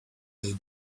they